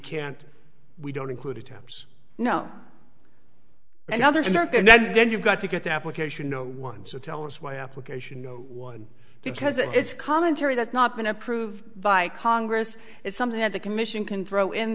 can't we don't include attempts no another search and then you've got to get the application no one so tell us why application no one because it's commentary that's not been approved by congress it's something that the commission can throw in